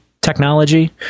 technology